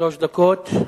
שלוש דקות.